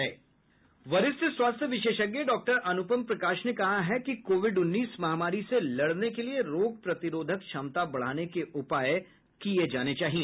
वरिष्ठ स्वास्थ्य विशेषज्ञ डॉक्टर अनूपम प्रकाश ने कहा है कि कोविड उन्नीस महामारी से लड़ने के लिए रोग प्रतिरोधक क्षमता बढ़ाने के उपाय किये जाने चाहिए